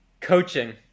Coaching